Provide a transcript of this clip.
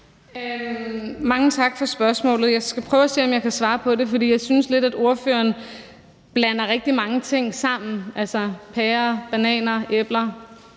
Mange tak for spørgsmålet. Jeg skal prøve at se, om jeg kan svare på det, for jeg synes lidt, at spørgeren blander rigtig mange ting sammen – pærer, bananer, æbler,